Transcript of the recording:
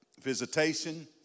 visitation